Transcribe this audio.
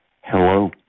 Hello